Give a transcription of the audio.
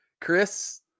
Chris